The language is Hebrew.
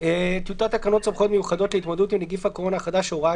תקנות סמכויות מיוחדות להתמודדות עם נגיף הקורונה החדש (הוראת